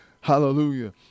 Hallelujah